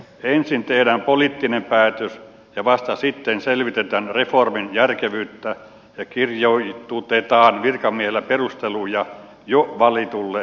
ensin tehdään poliittinen päätös ja vasta sitten selvitetään reformin järkevyyttä ja kirjoitutetaan virkamiehillä perusteluja jo valituille linjauksille